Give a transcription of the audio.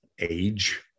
age